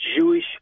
Jewish